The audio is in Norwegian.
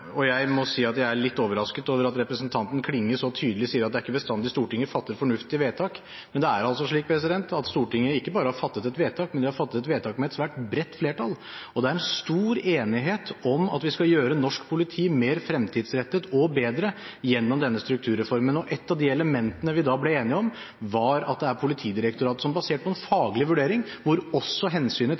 og jeg må si at jeg er litt overrasket over at representanten Klinge så tydelig sier at Stortinget ikke bestandig fatter fornuftige vedtak. Det er altså slik at Stortinget ikke bare har fattet et vedtak, men har fattet et vedtak med et bredt flertall, og det er stor enighet om at vi skal gjøre norsk politi mer fremtidsrettet og bedre gjennom denne strukturreformen. Ett av de elementene vi da ble enige om, var at det er Politidirektoratet som – basert på en faglig vurdering, hvor også hensynet